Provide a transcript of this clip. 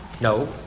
no